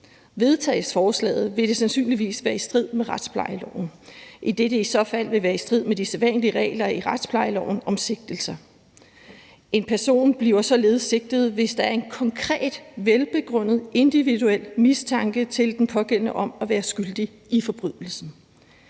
Vedtages forslaget, vil det sandsynligvis være i strid med retsplejeloven, idet det i så fald vil være i strid med de sædvanlige regler i retsplejeloven om sigtelser. En person bliver således sigtet, hvis der er en konkret, velbegrundet, individuel mistanke til den pågældende om at være skyldig i forbrydelsen.